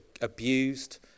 abused